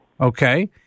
Okay